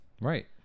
Right